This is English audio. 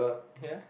ya